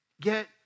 get